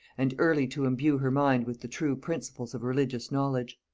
and early to imbue her mind with the true principles of religious knowledge.